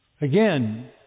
Again